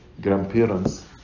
grandparents